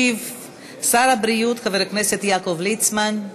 שר הבריאות חבר הכנסת יעקב ליצמן.